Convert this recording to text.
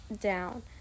down